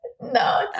No